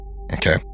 Okay